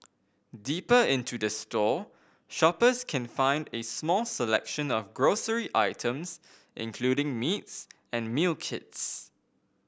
deeper into the store shoppers can find a small selection of grocery items including meats and meal kits